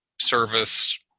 service